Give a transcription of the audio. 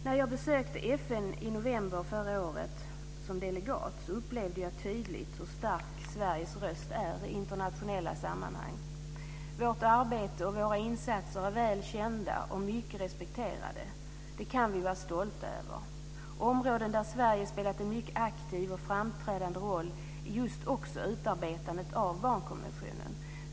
När jag besökte FN i november förra året som delegat upplevde jag tydligt hur stark Sveriges röst är i internationella sammanhang. Vårt arbete och våra insatser är väl kända och mycket respekterade. Det kan vi vara stolta över. Ett område där Sverige spelat en mycket aktiv och framträdande roll är just också utarbetandet av barnkonventionen.